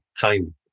time